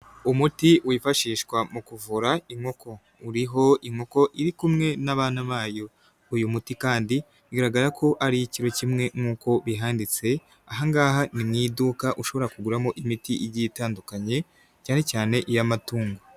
Umuti wifashishwa mu kuvura inkoko uriho inkoko iri kumwe n'abana bayo, uyu muti kandi bigaragara ko ari ikiro kimwe nk'uko bihanditse, aha ngaha ni mu iduka ushobora kuguramo imiti igiye itandukanye cyane cyane iy'amatungo.